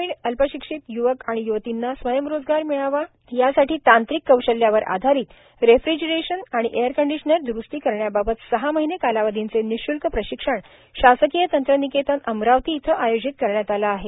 ग्रामिण अल्पशिक्षित य्वक आणि य्वर्तींना स्वयंरोजगार मिळावा यासाठी तांत्रिक कौशल्यावर आधारीत रेफ्रिजरेशन आणि एअरकंडिशनर द्रुस्ती करण्याबाबत सहा महिने कालावधींचे निशुल्क प्रशिक्षण शासकीय तंत्रनिकेतन अमरावती इथं आयोजित करण्यात आले आहे